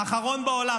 האחרון בעולם,